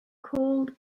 called